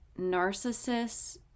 narcissists